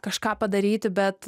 kažką padaryti bet